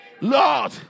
Lord